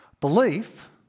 belief